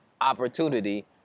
opportunity